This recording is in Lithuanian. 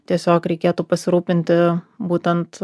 tiesiog reikėtų pasirūpinti būtent